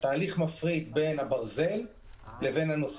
התהליך מפריד בין הברזל לנוסע.